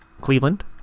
Cleveland